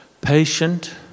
Patient